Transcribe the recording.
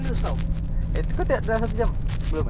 they just open one pop-up store